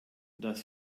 das